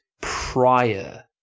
prior